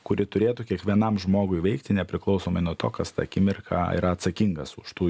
kuri turėtų kiekvienam žmogui veikti nepriklausomai nuo to kas tą akimirką yra atsakingas už tų